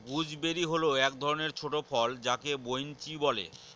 gooseberry হল এক ধরনের ছোট ফল যাকে বৈনচি বলে